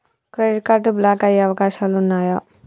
Credit card block అయ్యే అవకాశాలు ఉన్నయా?